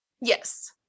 Yes